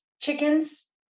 chickens